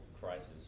crisis